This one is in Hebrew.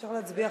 אפשר להצביע.